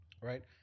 Right